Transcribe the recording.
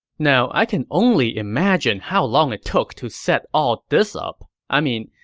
now, i can only imagine how long it took to set all this up. i mean,